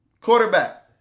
Quarterback